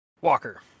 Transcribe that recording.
Walker